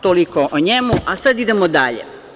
Toliko o njemu, a sad idemo dalje.